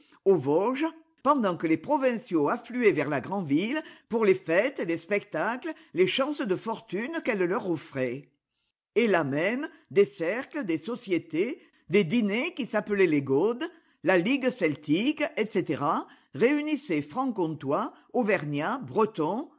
aux vosges pendant que les provinciaux affluaient vers la grand ville pour les fêtes les spectacles les chances de fortune qu'elle leur offrait et là même des cercles des sociétés des dîners qui s'appelaient les gaudes la ligue celtique etc réunissaient francs comtois auvergnats bretons